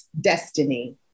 destiny